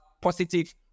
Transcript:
positive